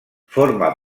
forma